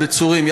בצורים,